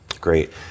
Great